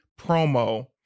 promo